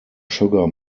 sugar